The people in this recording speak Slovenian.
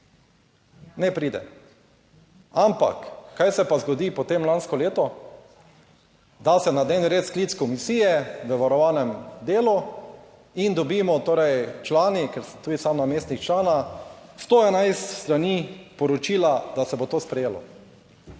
ne pride. Ampak kaj se pa zgodi potem lansko leto? Da se na dnevni red, sklic komisije v varovanem delu in dobimo, torej člani, ker sem tudi sam namestnik člana 111 strani poročila, da se bo to sprejelo.